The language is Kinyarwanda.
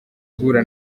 guhura